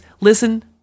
listen